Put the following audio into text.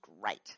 great